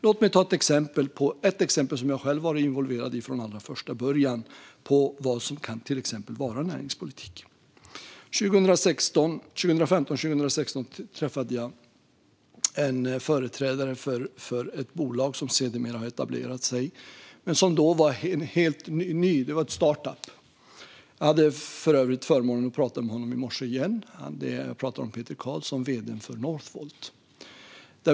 Låt mig ta ett exempel som jag själv varit involverad i från allra första början på vad som kan vara näringspolitik. År 2015 eller 2016 träffade jag en företrädare för ett bolag som sedermera har etablerat sig men som då var helt nytt. Det var en startup. Jag hade för övrigt förmånen att få prata med denne man igen i morse. Jag talar om Peter Carlsson, vd:n för Northvolt.